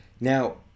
Now